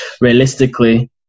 realistically